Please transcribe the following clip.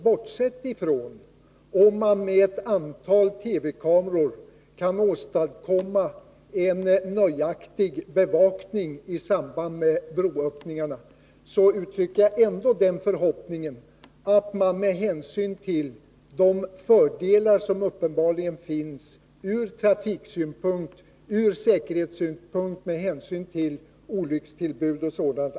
Bortsett ifrån om man med ett antal TV-kameror kan åstadkomma en nöjaktig bevakning i samband med broöppningarna vill jag uttrycka den förhoppningen att man kommer att behålla den manuella betjäningen med hänsyn till de fördelar som denna uppenbarligen erbjuder ur trafiksäkerhetssynpunkt och ur säkerhetssynpunkt när det gäller olyckstillbud och sådant.